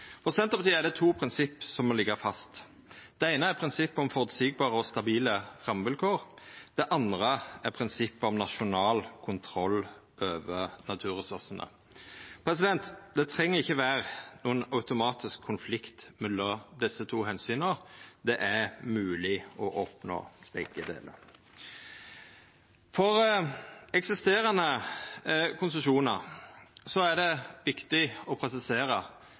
For Senterpartiet er det to prinsipp som må liggja fast. Det eine er prinsippet om føreseielege og stabile rammevilkår. Det andre er prinsippet om nasjonal kontroll over naturressursane. Det treng ikkje vera nokon automatisk konflikt mellom desse to omsyna – det er mogleg å oppnå begge delar. For eksisterande konsesjonar er det viktig å presisera